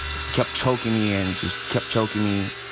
he kept choking me and just kept choking me.